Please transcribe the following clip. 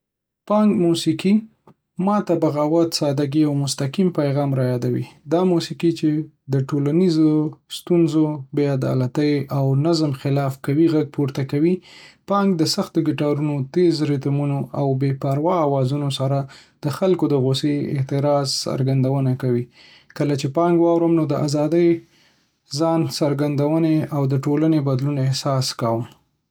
پانک موسیقي ما ته بغاوت، ساده‌ګۍ، او مستقیم پیغام رايادوي. دا موسیقي چې د ټولنیزو ستونزو، بې عدالتۍ، او د نظم خلاف قوي غږ پورته کوي. پانک د سختو ګیټارونو، تېز ریتمونو، او بې‌پروا آوازونو سره د خلکو د غوسې او اعتراض څرګندونه کوي. کله چې پانک واورم، نو د ازادۍ، ځان څرګندولو، او د ټولنې د بدلولو هیله احساس کوم.